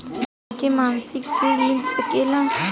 हमके मासिक ऋण मिल सकेला?